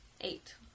Eight